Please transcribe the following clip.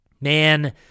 man